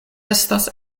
estas